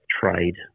trade